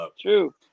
True